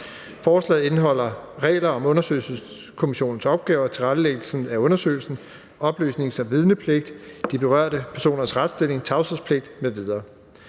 Forslaget indeholder regler om undersøgelseskommissionens opgaver og tilrettelæggelsen af undersøgelsen, oplysnings- og vidnepligt, de berørte personers retsstilling og tavshedspligt m.v.